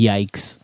Yikes